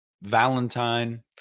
Valentine